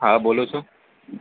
હા બોલું છું